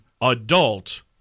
adult